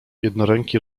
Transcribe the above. jednoręki